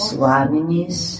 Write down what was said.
Swamini's